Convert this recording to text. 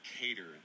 cater